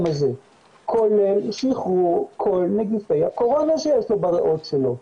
הזה כולל שחרור כל נגיפי הקורונה שיש לו בריאות שלו.